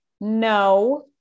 no